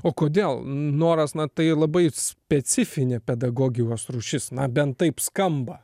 o kodėl noras na tai labai specifinė pedagogikos rūšis na bent taip skamba